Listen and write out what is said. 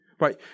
right